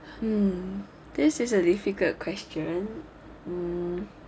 mmhmm this is a difficult question mmhmm